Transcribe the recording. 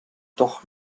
doch